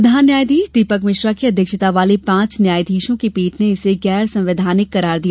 प्रधान न्यायाधीश दीपक मिश्रा की अध्यक्षता वाली पांच न्यायाधीशों की पीठ ने इसे गैर संवैधानिक करार दिया